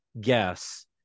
guess